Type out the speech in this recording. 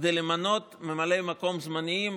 כדי למנות ממלאי מקום זמניים,